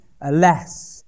alas